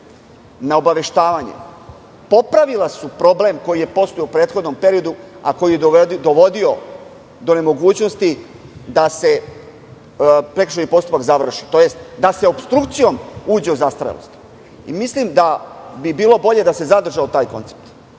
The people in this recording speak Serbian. na obaveštavanje su popravila problem koji je postojao u prethodnom periodu a koji je dovodio do nemogućnosti da se prekršajni postupak završi, tj. da se opstrukcijom uđe u zastarelost. Mislim da bi bilo bolje da se zadržao taj koncept.